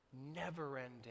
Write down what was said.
never-ending